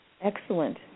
Excellent